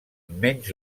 menys